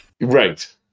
Right